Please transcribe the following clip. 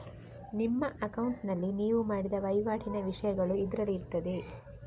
ನಿಮ್ಮ ಅಕೌಂಟಿನಲ್ಲಿ ನೀವು ಮಾಡಿದ ವೈವಾಟಿನ ವಿಷಯಗಳು ಇದ್ರಲ್ಲಿ ಇರ್ತದೆ